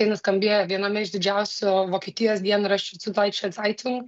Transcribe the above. tai nuskambėjo viename iš didžiausių vokietijos dienraščių ziūd doiče ceitung